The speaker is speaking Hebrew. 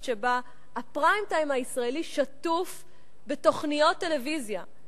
שבה הפריים-טיים הישראלי שטוף בתוכניות טלוויזיה,